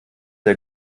der